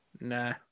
Nah